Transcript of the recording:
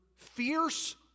Fierce